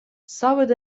savet